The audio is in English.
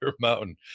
mountain